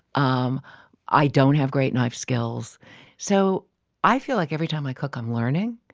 um i don't have great knife skills so i feel like every time i cook i'm learning.